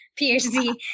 phd